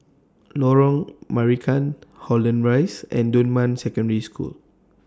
Lorong Marican Holland Rise and Dunman Secondary School